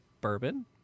bourbon